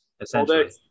Essentially